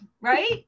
right